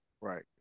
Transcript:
right